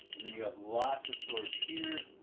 and then you have lots of stores here,